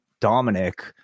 dominic